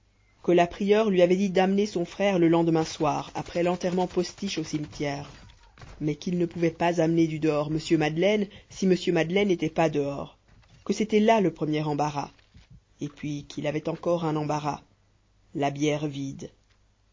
que la prieure lui avait dit d'amener son frère le lendemain soir après l'enterrement postiche au cimetière mais qu'il ne pouvait pas amener du dehors mr madeleine si mr madeleine n'était pas dehors que c'était là le premier embarras et puis qu'il avait encore un embarras la bière vide